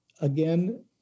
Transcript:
again